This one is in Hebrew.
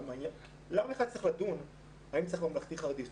למה בכלל צריך לדון האם צריך ממלכתי-חרדי?